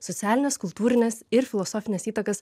socialines kultūrines ir filosofines įtakas